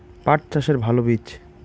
পাঠ চাষের ভালো বীজ?